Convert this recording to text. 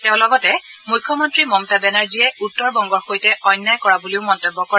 তেওঁ লগতে মুখ্যমন্ত্ৰী মমতা বেনাৰ্জীয়ে উত্তৰবংগৰ সৈতে অন্যায় কৰা বুলিও মন্তব্য কৰে